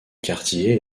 quartier